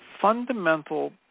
fundamental